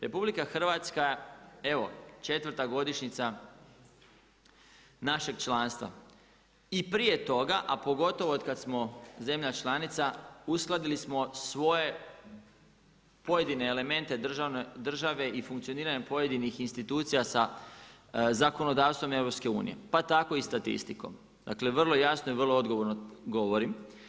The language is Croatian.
RH evo četvrta godišnjica našeg članstva i prije toga, a pogotovo od kada smo zemlja članica uskladili smo svoje pojedine elemente države i funkcioniranje pojedinih institucija sa zakonodavstvom EU pa tako i statistikom, dakle vrlo jasno i vrlo odgovorno govorim.